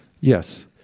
Yes